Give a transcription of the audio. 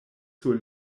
sur